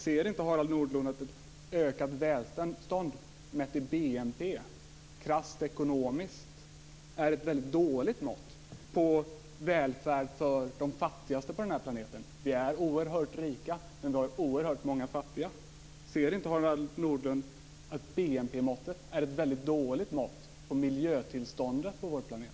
Ser inte Harald Nordlund att ett ökat välstånd mätt i BNP krasst ekonomiskt är ett väldigt dåligt mått på välfärd för de fattigaste på den här planeten? Vi är oerhört rika, men vi har oerhört många fattiga. Ser inte Harald Nordlund att BNP-måttet är ett väldigt dåligt mått på miljötillståndet på vår planet?